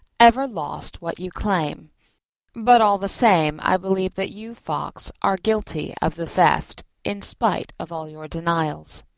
ever lost what you claim but all the same i believe that you, fox, are guilty of the theft, in spite of all your denials.